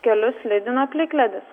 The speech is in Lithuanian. kelius lygino plikledis